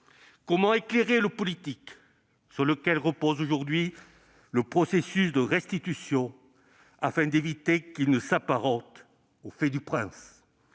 Comment éclairer le politique, sur lequel repose aujourd'hui le processus de restitution, afin d'éviter qu'il ne s'apparente au fait du prince ?